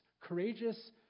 Courageous